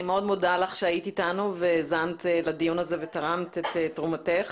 אני מאוד מודה לך שהיית אתנו והאזנת לדיון הזה ותרמת את תרומתך.